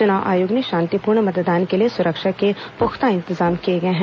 चुनाव आयोग ने शांतिपूर्ण मतदान के लिए सुरक्षा के पुख्ता इंतजाम किए गए हैं